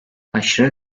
aşırı